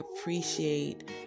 appreciate